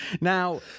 Now